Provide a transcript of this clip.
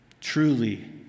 Truly